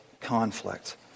conflict